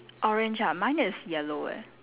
orange ah mine is yellow eh